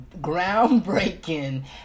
groundbreaking